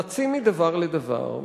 רצים מדבר לדבר,